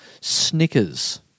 Snickers